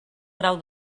grau